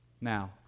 Now